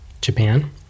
Japan